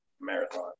marathon